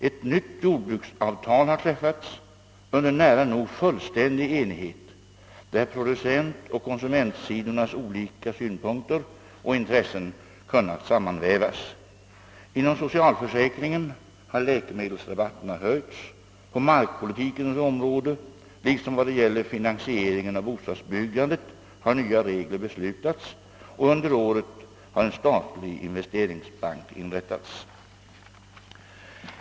Ett nytt jordbruksavtal har träffats under nära nog fullständig enighet, där producentoch konsumentsidornas olika synpunkter och intressen kunnat sammanvävas. Inom socialförsäkringen har <Jläkemedelsrabatterna höjts, på markpolitikens område liksom vad gäller finansieringen av bostadsbyggandet har nya regler beslutats och under året har en statlig investeringsbank inrättats.